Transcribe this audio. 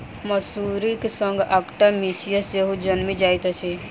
मसुरीक संग अकटा मिसिया सेहो जनमि जाइत अछि